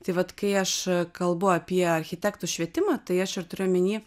tai vat kai aš kalbu apie architektų švietimą tai aš ir turiu omeny